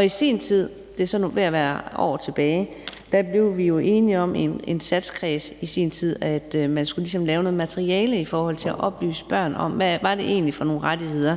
I sin tid, det er ved at være år tilbage, blev vi i en satskreds enige om, at man ligesom skulle lave noget materiale i forhold til at oplyse børn om, hvad det egentlig er for nogle rettigheder,